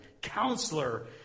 Counselor